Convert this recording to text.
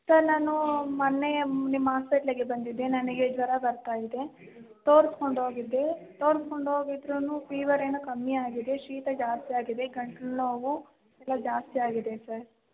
sir ನಾನು ಮೊನ್ನೆ ನಿಮ್ಮ ಹಾಸ್ಪಿಟ್ಲಿಗೆ ಬಂದಿದ್ದೆ ನನಗೆ ಜ್ವರ ಬರ್ತಾ ಇದೆ ತೋರ್ಸ್ಕೊಂಡು ಹೋಗಿದ್ದೆ ತೋರ್ಸ್ಕೊಂಡು ಹೋಗಿದ್ರೂ ಫೀವರ್ ಏನೋ ಕಮ್ಮಿ ಆಗಿದೆ ಶೀತ ಜಾಸ್ತಿ ಆಗಿದೆ ಗಂಟ್ಲು ನೋವು ಎಲ್ಲ ಜಾಸ್ತಿ ಆಗಿದೆ ಸರ್